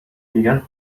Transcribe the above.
میگن